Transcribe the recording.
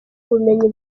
ubumenyi